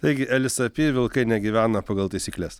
taigi elisapi vilkai negyvena pagal taisykles